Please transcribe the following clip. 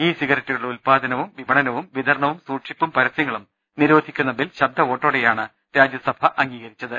E സിഗററ്റുകളുടെ ഉൽപ്പാദനവും വിപണനവും വിതരണവും സൂക്ഷിപ്പും പരസൃങ്ങളും നിരോധിക്കുന്ന ബിൽ ശബ്ദവോട്ടോടെ യാണ് രാജ്യസഭ അംഗീകരിച്ചത്